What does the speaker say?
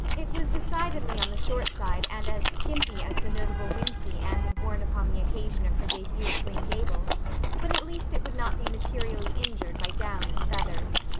it was decidedly on the short side and as skimpy as the notable wincey anne had worn upon the occasion of her debut at green gables but at least it would not be materially injured by down and feathers.